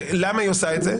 למה היא עושה את זה?